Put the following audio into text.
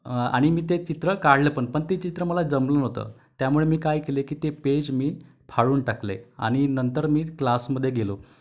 आणि मी ते चित्र काढलं पण ते चित्र मला जमलं नव्हतं त्यामुळे मी काय केले की ते पेज मी फाडून टाकले आणि नंतर मी क्लासमध्ये गेलो